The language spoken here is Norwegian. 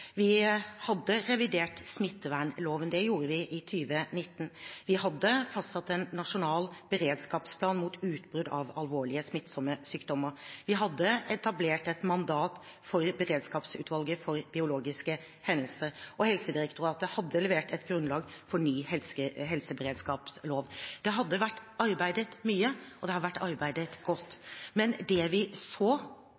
Vi hadde revidert smittevernloven. Det gjorde vi i 2019. Vi hadde fastsatt en nasjonal beredskapsplan mot utbrudd av alvorlige, smittsomme sykdommer. Vi hadde etablert et mandat for Beredskapsutvalget for biologiske hendelser, og Helsedirektoratet hadde levert et grunnlag for ny helseberedskapslov. Det har vært arbeidet mye, og det har vært arbeidet godt.